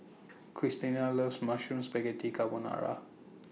Cristina loves Mushroom Spaghetti Carbonara